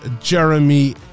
Jeremy